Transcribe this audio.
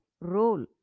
role